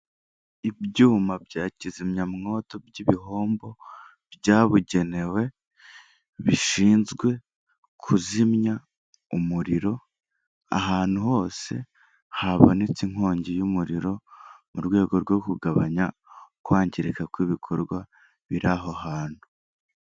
Ibyuma bya kizimyamwoto by'ibihombo byabugenewe bishinzwe kuzimya umuriro ahantu hose habonetse inkongi y'umuriro mu rwego rwo kugabanya kwangirika kw'ibikorwa biri aho hantu.